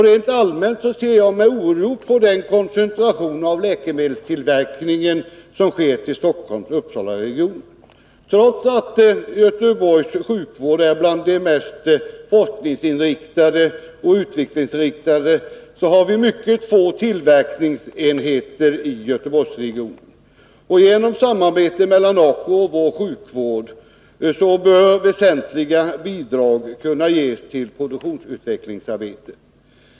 Rent allmänt ser jag med oro på den koncentration av läkemedelstillverkningen som sker till Stockholm-Uppsalaregionen. Trots att Göteborgs sjukvård är bland de mest forskningsinriktade och utvecklingsinriktade har vi mycket få tillverkningsenheter i Göteborgsregionen. Genom samarbete mellan ACO och vår sjukvård bör väsentliga bidrag kunna ges till produktutvecklingsarbetet.